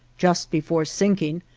just before sinking,